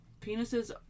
penises